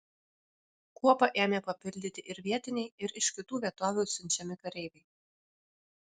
kuopą ėmė papildyti ir vietiniai ir iš kitų vietovių siunčiami kareiviai